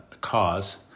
cause